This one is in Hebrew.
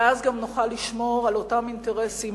ואז גם נוכל לשמור על אותם אינטרסים